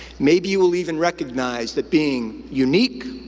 maybe you will even recognize that being unique,